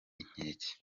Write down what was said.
inkeke